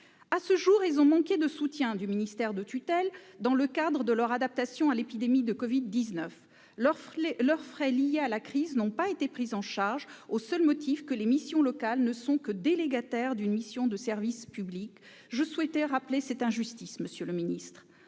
À ce jour, elles ont manqué de soutien de leur ministère de tutelle dans le cadre de leur adaptation à l'épidémie de Covid-19 : leurs frais liés à la crise n'ont pas été pris en charge, au seul motif que les missions locales ne sont que délégataires d'une mission de service public. Je souhaitais rappeler cette injustice, monsieur le secrétaire